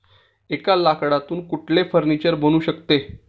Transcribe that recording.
एका लाकडातून कुठले फर्निचर बनू शकते?